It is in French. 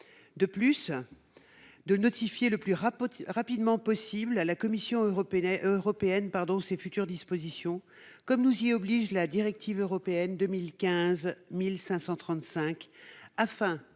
également de notifier le plus rapidement possible à la Commission européenne ses futures dispositions, comme nous y oblige la directive européenne 2015/1535,